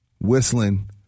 whistling